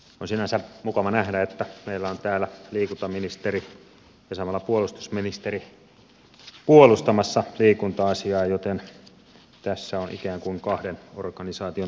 on sinänsä mukava nähdä että meillä on täällä liikuntaministeri ja samalla puolustusministeri puolustamassa liikunta asiaa joten tässä on ikään kuin kahden organisaation tuki takana